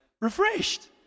Refreshed